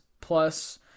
plus –